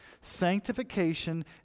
Sanctification